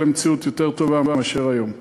למציאות יותר טובה מאשר המציאות היום.